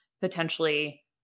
potentially